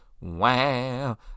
Wow